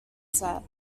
set